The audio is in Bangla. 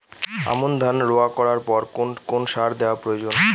আমন ধান রোয়া করার পর কোন কোন সার দেওয়া প্রয়োজন?